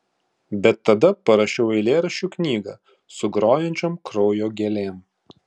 bet tada parašiau eilėraščių knygą su grojančiom kraujo gėlėm